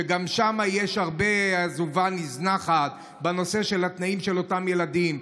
שגם שם יש הרבה עזובה נזנחת בתנאים של אותם ילדים.